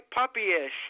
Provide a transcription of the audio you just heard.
puppyish